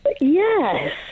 Yes